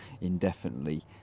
indefinitely